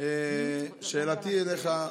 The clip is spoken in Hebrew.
שאלתי אליך,